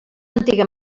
antiga